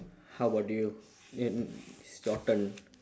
how about you um it's your turn